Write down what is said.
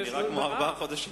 זה נראה כמו ארבעה חודשים.